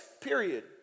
Period